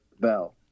Bell